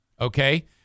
Okay